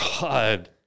god